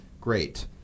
Great